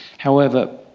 however,